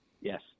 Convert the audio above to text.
Yes